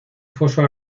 foso